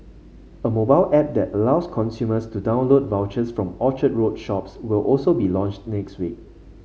a mobile app that allows consumers to download vouchers from Orchard Road shops will also be launched next week